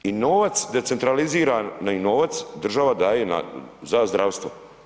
I novac decentralizirani novac, država daje za zdravstvo.